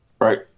right